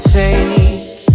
take